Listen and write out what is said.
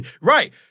Right